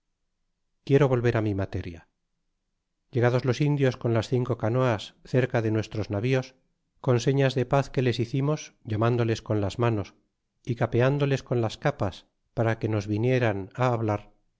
quiero volver mi materia llegados los indios con las cinco canoas cerca de nuestros navíos con señas de paz que les hicimos llamándoles con las manos y capeándoles con las capas para que nos vinie ts sen hablar